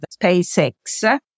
SpaceX